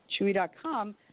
Chewy.com